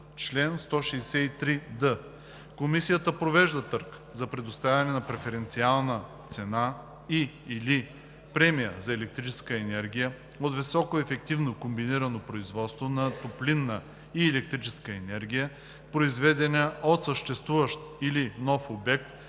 Чл. 163д. (1) Комисията провежда търг за предоставяне на преференциална цена и/или премия за електрическа енергия от високоефективно комбинирано производство на топлинна и електрическа енергия, произведена от съществуващ или нов обект,